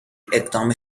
اقدام